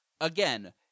Again